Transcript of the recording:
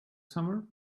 summer